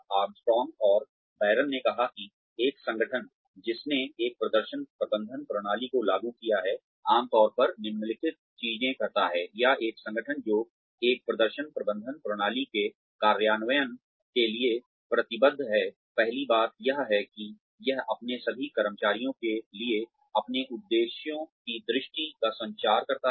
Armstrong और Baron ने कहा कि एक संगठन जिसने एक प्रदर्शन प्रबंधन प्रणाली को लागू किया है आमतौर पर निम्नलिखित चीजें करता है या एक संगठन जो एक प्रदर्शन प्रबंधन प्रणाली के कार्यान्वयन के लिए प्रतिबद्ध है पहली बात यह है कि यह अपने सभी कर्मचारियों के लिए अपने उद्देश्यों की दृष्टि का संचार करता है